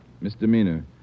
Misdemeanor